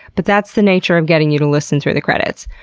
but that's the nature of getting you to listen through the credits.